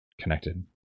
connected